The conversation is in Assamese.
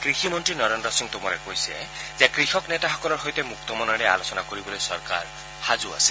কৃষি মন্ত্ৰী নৰেজ্ৰ সিং টোমৰে কৈছে যে কৃষক নেতাসকলৰ সৈতে মুক্ত মনেৰে আলোচনা কৰিবলৈ চৰকাৰ সাজু আছে